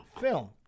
film